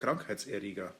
krankheitserreger